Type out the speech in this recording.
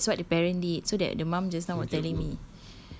right that's what the parent did so that the mum just now was telling me